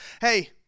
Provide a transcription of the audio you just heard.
Hey